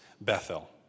Bethel